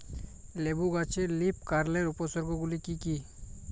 লেবু গাছে লীফকার্লের উপসর্গ গুলি কি কী?